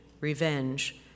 revenge